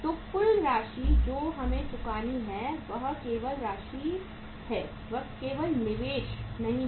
तो कुल राशि जो हमें चुकानी है वह केवल निवेश नहीं है